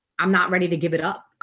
i'm not ready to give it up.